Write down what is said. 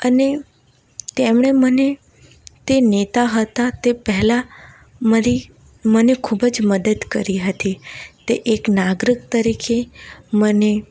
અને તેમણે મને તે નેતા હતા તે પહેલા મારી મને ખૂબ જ મદદ કરી હતી તે એક નાગરિક તરીકે મને